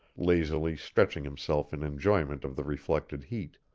lazily stretching himself in enjoyment of the reflected heat.